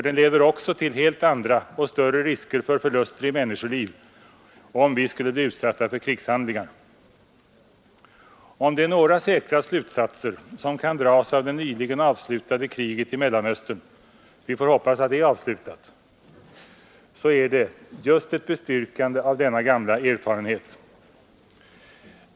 Den leder till helt andra och större risker för förluster i människoliv om vi skulle bli utsatta för krigshandlingar. Om det är några säkra slutsatser som kan dras av det nyligen avslutade kriget i Mellanöstern — vi får hoppas det är avslutat — så är det just ett bestyrkande av denna gamla erfarenhet.